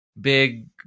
big